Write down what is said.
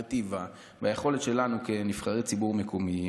הפררוגטיבה והיכולת שלנו כנבחרי ציבור מקומיים,